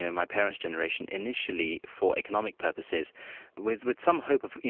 and my parents generation, initially for economic purposes with with some hope of, you